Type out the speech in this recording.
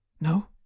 No